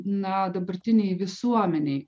na dabartinei visuomenei